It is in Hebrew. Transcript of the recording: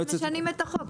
רק משנים את החוק.